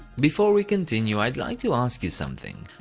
before we continue, i'd like to ask you something.